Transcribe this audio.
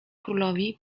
królowi